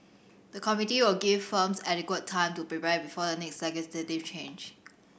the committee will give firms adequate time to prepare before the next legislative change